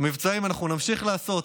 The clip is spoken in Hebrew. מבצעים אנחנו נמשיך לעשות,